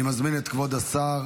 אני מזמין את כבוד השר